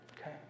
okay